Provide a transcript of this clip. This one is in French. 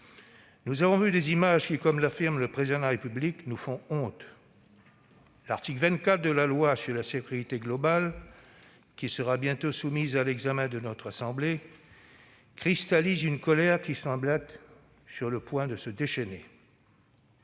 Nous avons vu des images, qui, comme l'affirme le Président de la République, « nous font honte ». L'article 24 de la proposition de loi relative à la sécurité globale, qui sera bientôt soumise à l'examen de notre assemblée, cristallise une colère qui semble sur le point de se déchaîner.